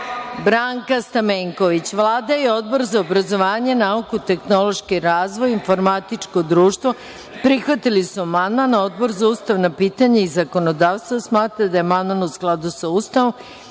Branka Stamenković. Vlada i Odbor za obrazovanje, nauku, tehnološki razvoj i informatičko društvo prihvatili su amandman, a Odbor za ustavna pitanja i zakonodavstvo smatra da je amandman u skladu sa Ustavom